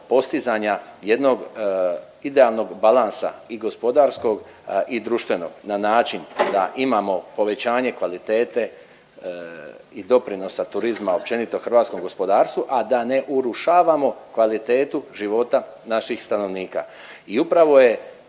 postizanja jednog idealnog balansa i gospodarskog i društvenog na način da imamo povećanje kvalitete i doprinosa turizma općenito hrvatskom gospodarstvu, a da ne urušavamo kvalitetu života naših stanovnika i upravo je,